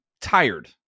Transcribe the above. tired